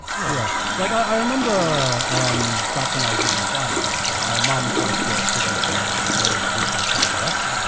yeah. like i remember um back when i was living in thailand, like my mum tried to get sydney to wear like this very traditional thai dress.